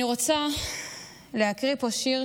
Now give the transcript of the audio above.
אני רוצה להקריא פה שיר,